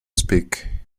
speak